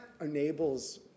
enables